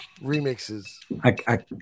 remixes